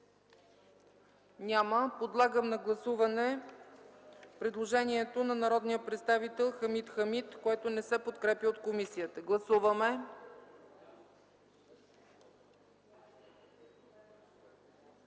Няма. Подлагам на гласуване предложението на народния представител Хамид Хамид , което не се подкрепя от комисията. Гласували